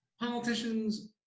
politicians